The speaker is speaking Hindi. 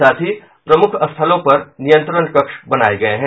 साथ ही प्रमुख स्थलों पर नियंत्रण कक्ष बनाये गये हैं